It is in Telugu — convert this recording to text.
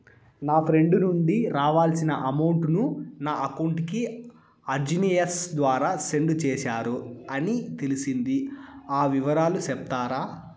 నా ఫ్రెండ్ నుండి రావాల్సిన అమౌంట్ ను నా అకౌంట్ కు ఆర్టిజియస్ ద్వారా సెండ్ చేశారు అని తెలిసింది, ఆ వివరాలు సెప్తారా?